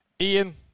Ian